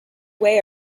way